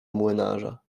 młynarza